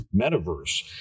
Metaverse